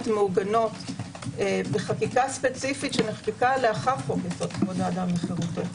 מעוגנות בחקיקה ספציפית שנחקקה לאחר חוק יסוד: כבוד האדם וחירותו.